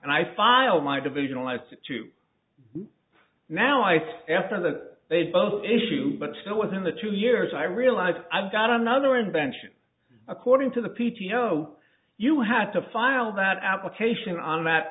and i file my division alive to now i after that they both issue but still within the two years i realize i've got another invention according to the p t o you have to file that application on that